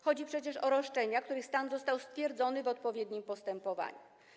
Chodzi przecież o roszczenia, których stan został stwierdzony w odpowiednim postępowaniu.